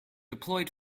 deployed